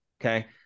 Okay